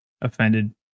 offended